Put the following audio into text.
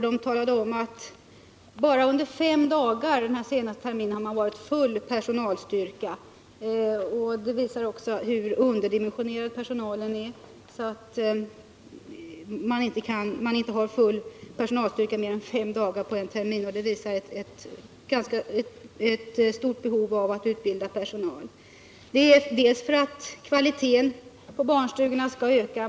De berättade att bara under fem dagar den senaste terminen har det varit full personalstyrka. Det visar ju hur underdimensionerad personalen är — man har inte full personalstyrka mer än fem dagar på en termin. Behovet av att utbilda personal är således stort. Kvaliteten på barnstugorna behöver ökas.